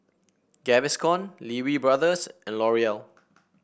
Gaviscon Lee Wee Brothers and L'Oreal